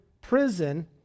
prison